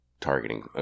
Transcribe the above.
targeting